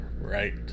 Right